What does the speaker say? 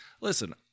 Listen